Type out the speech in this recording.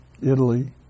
italy